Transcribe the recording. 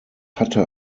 hatte